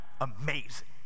amazing